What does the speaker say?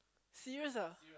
serious ah